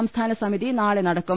സംസ്ഥാന സമിതി നാളെ നടക്കും